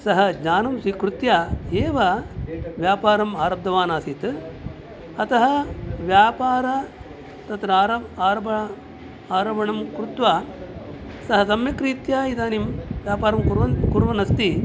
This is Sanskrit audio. सः ज्ञानं स्वीकृत्य एव व्यापारम् आरब्धवान् आसीत् अतः व्यापार तत्र आरम्भं कृत्वा सः सम्यक्रीत्या इदानीं व्यापारं कुर्वन् कुर्वन् अस्ति